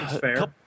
fair